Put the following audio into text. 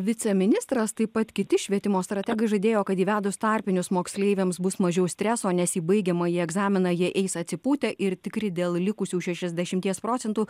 viceministras taip pat kiti švietimo strategai žadėjo kad įvedus tarpinius moksleiviams bus mažiau streso nes į baigiamąjį egzaminą jie eis atsipūtę ir tikri dėl likusių šešiasdešimties procentų